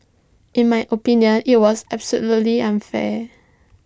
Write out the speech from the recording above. in my opinion IT was absolutely unfair